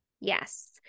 Yes